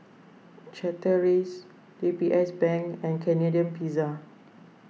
Chateraise D B S Bank and Canadian Pizza